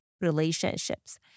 relationships